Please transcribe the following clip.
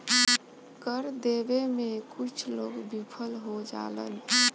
कर देबे में कुछ लोग विफल हो जालन